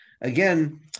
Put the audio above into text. again